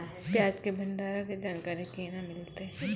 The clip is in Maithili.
प्याज के भंडारण के जानकारी केना मिलतै?